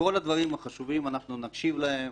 כל הדברים החשובים, אנחנו נקשיב להם